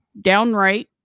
downright